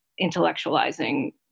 intellectualizing